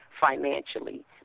financially